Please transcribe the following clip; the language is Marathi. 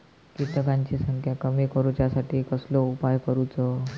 किटकांची संख्या कमी करुच्यासाठी कसलो उपाय करूचो?